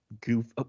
goof